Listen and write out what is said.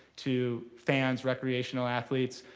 to fans, recreational athletes.